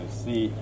see